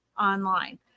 online